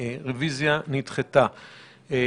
הצבעה